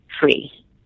free